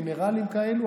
גנרלים כאלה,